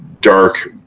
dark